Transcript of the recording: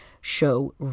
show